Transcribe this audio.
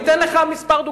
אני אתן לך כמה דוגמאות.